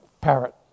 parrot